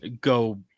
go